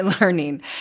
learning